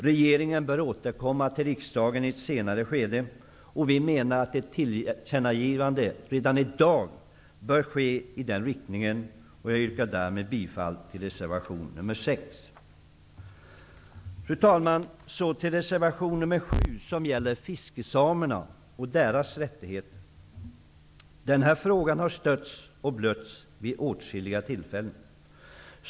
Regeringen bör återkomma till riksdagen i ett senare skede. Vi menar att riksdagen redan i dag bör ge regeringen ett tillkännagivande i den riktningen. Jag yrkar med detta bifall till reservation nr 6. Fru talman! Så till reservation nr 7, som gäller fiskesamerna och deras rättigheter. Den frågan har stötts och blötts vid åtskilliga tillfällen.